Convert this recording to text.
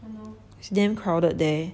it's damn crowded there